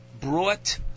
brought